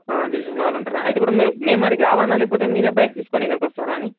దిల్షుఖ్నగర్లో ఉంటారా అయితే ఇప్పుడు మీరు మేము అక్కడికి రావాలా లేకపోతే మీరే బైక్ తీసుకుని ఇక్కడికి వస్తారా అని